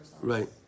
Right